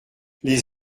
les